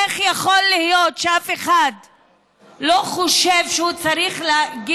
איך יכול להיות שאף אחד לא חושב שהוא צריך להגיש,